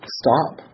stop